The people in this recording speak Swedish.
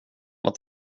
vad